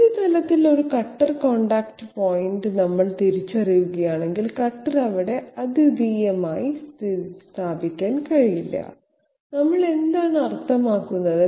ഉപരിതലത്തിൽ ഒരു cutter contact point നമ്മൾ തിരിച്ചറിയുകയാണെങ്കിൽ കട്ടർ അവിടെ അദ്വിതീയമായി സ്ഥാപിക്കാൻ കഴിയില്ല നമ്മൾ എന്താണ് അർത്ഥമാക്കുന്നത്